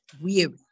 weary